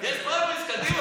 אני הולך לפי התקנון.